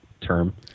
term